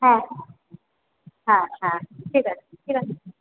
হ্যাঁ হ্যাঁ হ্যাঁ ঠিক আছে ঠিক আছে